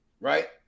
right